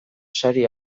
sari